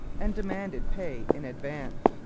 and demanded pay in advance,